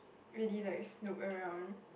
really like snoop around